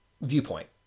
viewpoint